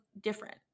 different